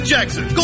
Jackson